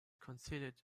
considered